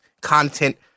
content